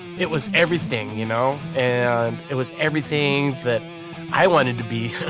it was everything you know? and it was everything that i wanted to be